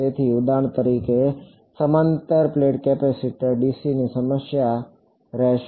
તેથી ઉદાહરણ તરીકે સમાંતર પ્લેટ કેપેસિટર ડીસી ની સમસ્યા રહેશે